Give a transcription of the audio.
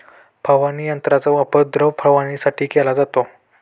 फवारणी यंत्राचा वापर द्रव फवारणीसाठी केला जातो